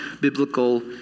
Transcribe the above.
biblical